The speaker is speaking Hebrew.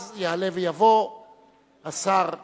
אז יעלה ויבוא השר אילון.